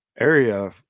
area